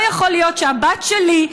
לא יכול להיות שהבת שלי,